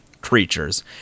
creatures